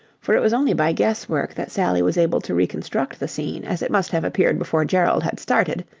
for it was only by guess-work that sally was able to reconstruct the scene as it must have appeared before gerald had started,